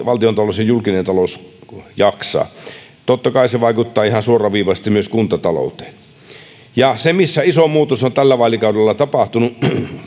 valtiontalous ja julkinen talous jaksaa totta kai se vaikuttaa ihan suoraviivaisesti myös kuntatalouteen se missä iso muutos on tällä vaalikaudella tapahtunut